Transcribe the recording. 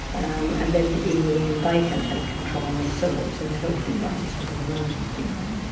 um and then in the end they can take control themselves in a healthy way instead of an unhealthy way.